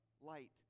light